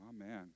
Amen